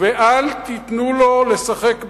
ואל תיתנו לו לשחק באש,